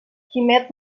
quimet